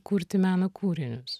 kurti meno kūrinius